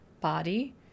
body